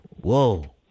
Whoa